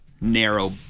narrow